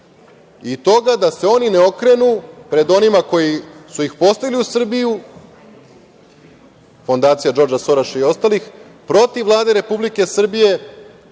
i toga da se oni ne okrenu pred onima koji su ih postavili u Srbiju, fondacija Džordža, Soroša i ostalih, protiv Vlade Republike Srbije